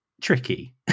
tricky